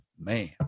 man